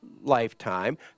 lifetime